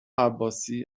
عباسی